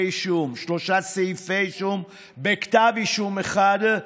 אישום, שלושה סעיפי אישום בכתב אישום אחד,